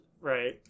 right